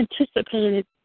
anticipated